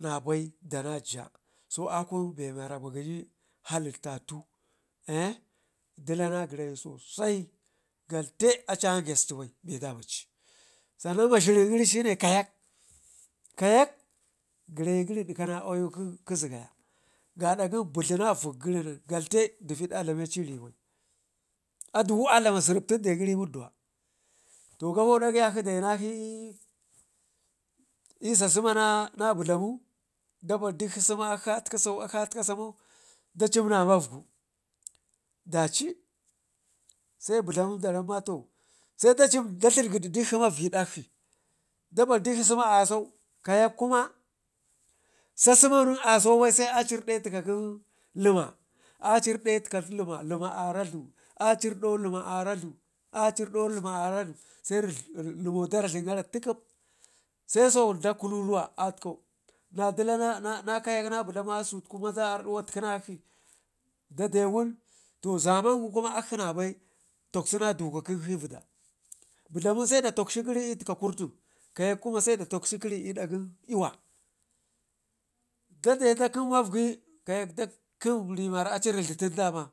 nabai dana jaa be wara migəyi hallitatu dila na gərayu, sosai kalte aci a gəsta baibe dabaci sannan mashirin gəri shine kayak, kayak gərayu gəri dika na kə zigara gada gən budluna vik gəri nen galte devid a dlameci riibai aduwu a dlama tunden gəri i'munduwa, to gafo dakai akshi dayi nakshi i'saa sema na budlamu dabar dikshi sema akshi aka sau akshi atka sau da cimna maugu daci, se budlamu da mamma to se de cim da ghergədi dikshi mauggu i'dak shi dabar dikshi sema asau kayak kuma, sa sema nen aso bai se dadli cirrde tika limma acirrde tikak limma, limma a radlu a cirrdo limma a radlu a cirrdo limma a radlu se limmo dardlungara tikem, seso dak kururuwa atkau na dila na kayak na dila na budlamu assutuku ardi watkənakshi dade wun to zaman gu kuma akshi nabai takshina dukakən shikshi i'vida budlamu se de takshi na gəri i'tikka kurtim ka yak i'dak gən i'wa dade da kəm mavighi se kayak dakkəm riwara aci rizhitun dama